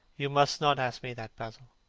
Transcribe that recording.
you must not ask me that, basil.